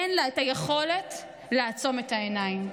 אין לה היכולת לעצום את העיניים.